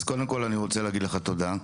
אז קודם כל, אני רוצה להגיד לך תודה,